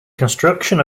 construction